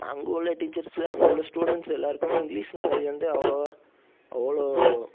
அங்கே உள்ள டீச்சர்ஸ் அங்கே உள்ள ஸ்டூடெண்ஸ் எல்லாருக்குமே இங்கிலிஷ் நாலேஜ் வந்து அவ்வளோவா அவ்வளோ